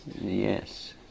yes